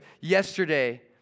yesterday